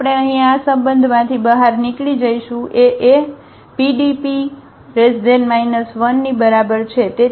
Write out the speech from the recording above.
તો આપણે અહીં આ સંબંધમાંથી બહાર નીકળી જઈશું A એ PDP 1 ની બરાબર છે